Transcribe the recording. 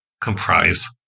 comprise